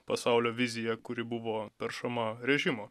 pasaulio vizija kuri buvo peršama režimo